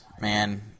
man